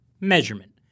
measurement